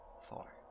four